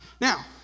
Now